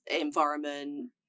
environment